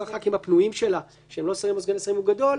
הח"כים הפנויים שלה שהם לא שרים או סגני שרים הוא גדול,